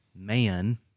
Man